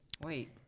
Wait